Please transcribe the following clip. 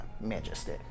majesty